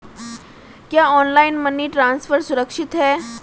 क्या online money transfer सुरक्षित है?